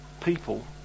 people